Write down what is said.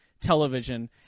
television